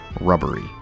rubbery